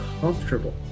comfortable